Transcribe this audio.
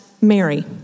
Mary